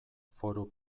foru